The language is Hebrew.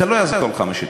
לא יעזור לך מה שתגיד.